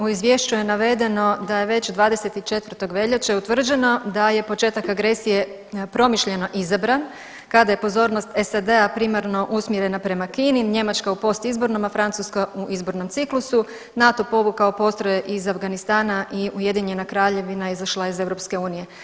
U izvješću je navedeno da je već 24. veljače utvrđeno da je početak agresije promišljeno izabran kada je pozornost SAD-a primarno usmjerena prema Kini, Njemačka u postizbornom, a Francuska u izbornom ciklusu, NATO povukao postrojbe iz Afganistana i UK izašla iz EU.